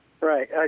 Right